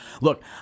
Look